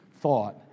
thought